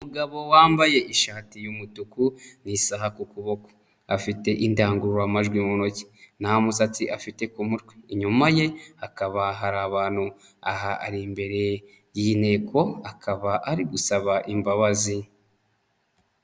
Umugabo wambaye ishati y'umutuku n'isaha ku kuboko afite indangururamajwi mu ntoki, nta musatsi afite ku twe, inyuma ye hakaba hari abantu. Aha ari imbere iyi nteko, akaba ari gusaba imbabazi.